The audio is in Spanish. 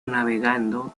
navegando